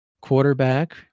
quarterback